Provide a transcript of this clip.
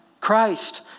Christ